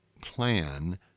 plan